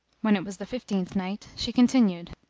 when it was the fifteenth night, she continued,